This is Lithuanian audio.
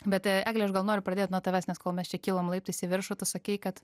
bet egle aš gal noriu pradėt nuo tavęs nes kol mes čia kilom laiptais į viršų tu sakei kad